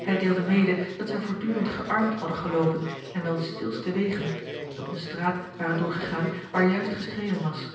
hij deelde mede dat zij voortdurend gearmd hadden geloopen en wel de stilste wegen doch eene straat waren doorgegaan waar juist gestreden was